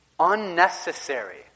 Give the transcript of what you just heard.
unnecessary